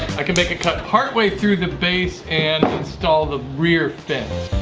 i can make a cut partway through the base and install the rear fence.